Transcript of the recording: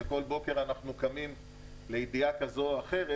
שכל בוקר אנחנו קמים לידיעה כזו או אחרת.